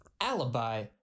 Alibi